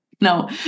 No